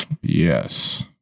yes